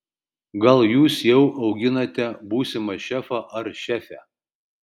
gal jūs jau auginate būsimą šefą ar šefę